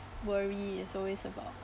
worry is always about